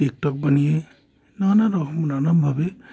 TikTok বানিয়ে নানা রকম নানানভাবে